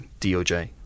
DOJ